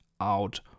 out